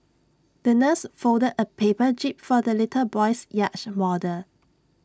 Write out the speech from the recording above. the nurse folded A paper jib for the little boy's yacht model